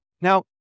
Now